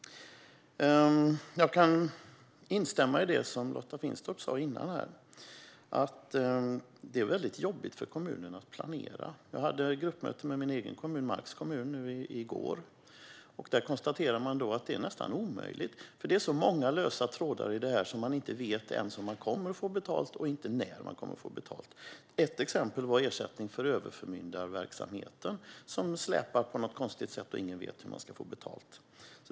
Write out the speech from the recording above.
Jag kan instämma i det Lotta Finstorp sa innan här. Det är väldigt jobbigt för kommunerna att planera. Jag hade gruppmöte med min egen hemkommun, Marks kommun, nu i går. Där konstaterade man att det är nästan omöjligt. Det är så många lösa trådar i detta att man inte ens vet om eller när man kommer att få betalt. Ett exempel var ersättning för överförmyndarverksamheten som släpar på något konstigt sätt, och ingen vet hur man ska få betalt.